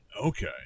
Okay